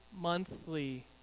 monthly